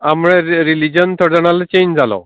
हय म्हळ्यार री रिलीजन थोडें जाल्या चेन्ज जालो